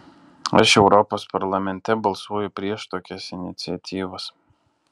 aš europos parlamente balsuoju prieš tokias iniciatyvas